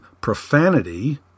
profanity